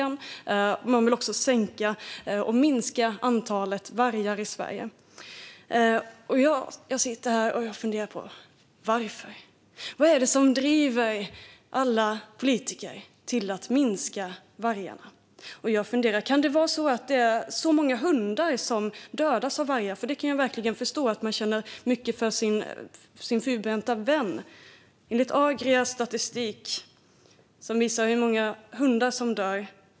Man vill också minska antalet vargar i Sverige, och jag står här och funderar på varför. Vad är det som driver alla politiker att minska antalet vargar? Jag undrar om det kan vara för att många hundar dödas av vargar. Jag kan verkligen förstå att man känner mycket för sin fyrbenta vän. Det finns statistik från Agria som visar hur många hundar som dör.